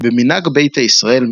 במנהג ביתא ישראל,